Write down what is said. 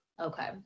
Okay